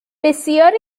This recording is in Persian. بسیاری